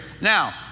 Now